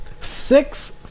six